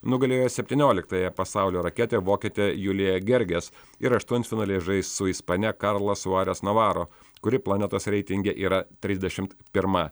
nugalėjo septynioliktąją pasaulio raketę vokietę juliją gerges ir aštuntfinalyje žais su ispane karla suares navaro kuri planetos reitinge yra trisdešimt pirma